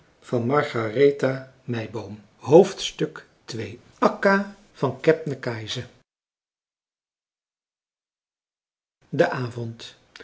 van kebnekaise de avond